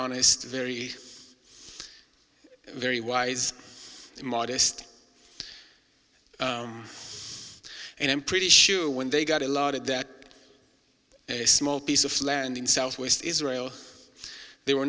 honest very very wise modest and i'm pretty sure when they got a lot of that small piece of land in southwest israel they were